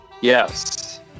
Yes